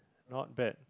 not bad